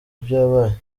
byabaye